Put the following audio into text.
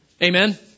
Amen